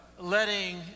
Letting